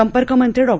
संपर्कमंत्री डॉ